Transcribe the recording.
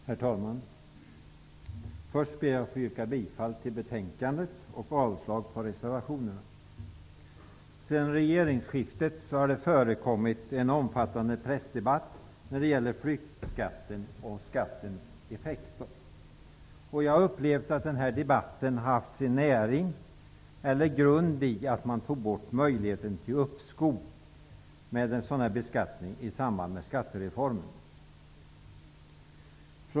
Herr talman! Först ber jag att få yrka bifall till hemställan i betänkandet och avslag på reservationerna. Sedan regeringsskiftet har det förekommit en omfattande pressdebatt i fråga om flyttskatter och skattens effekter. Jag har upplevt att debatten har haft sin grund i borttagandet av möjligheten till uppskov av sådan beskattning i samband med skattereformen.